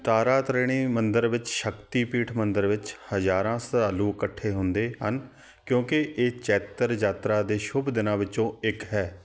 ਤਾਰਾਤਰਿਣੀ ਮੰਦਰ ਵਿੱਚ ਸ਼ਕਤੀ ਪੀਠ ਮੰਦਰ ਵਿੱਚ ਹਜ਼ਾਰਾਂ ਸ਼ਰਧਾਲੂ ਇਕੱਠੇ ਹੁੰਦੇ ਹਨ ਕਿਉਂਕਿ ਇਹ ਚੈਤਰ ਯਾਤਰਾ ਦੇ ਸ਼ੁਭ ਦਿਨਾਂ ਵਿੱਚੋਂ ਇੱਕ ਹੈ